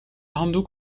handdoek